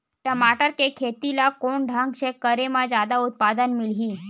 टमाटर के खेती ला कोन ढंग से करे म जादा उत्पादन मिलही?